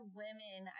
women